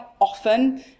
often